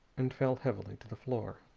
and fell heavily to the floor.